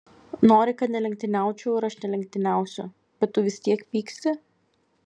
nori kad nelenktyniaučiau ir aš nelenktyniausiu bet tu vis tiek pyksti